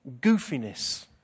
goofiness